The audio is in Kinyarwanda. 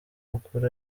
ukuri